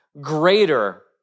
greater